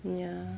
ya